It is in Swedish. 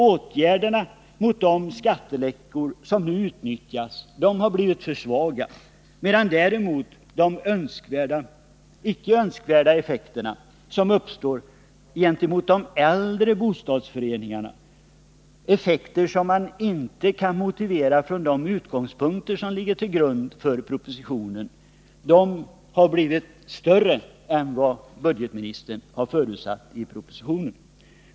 Åtgärderna mot de skatteläckor som nu utnyttjas har blivit för svaga, medan däremot de icke önskvärda effekter som uppstått för de äldre bostadsrätterna — effekter som inte kan vara motiverade från de utgångspunkter som ligger till grund för propositionen — har blivit större än vad budgetministern har förutsatt i denna proposition.